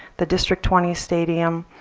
the district twenty stadium,